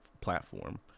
platform